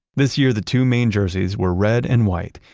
this year the two main jerseys were red and white,